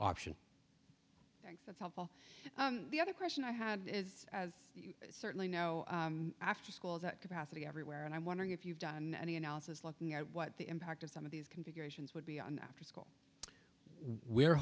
option that's helpful the other question i had is certainly no after schools that capacity everywhere and i'm wondering if you've done any analysis looking at what the impact of some of these configurations would be on after school we're